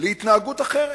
להתנהגות אחרת?